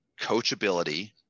coachability